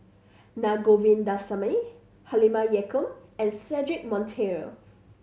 Na Govindasamy Halimah Yacob and Cedric Monteiro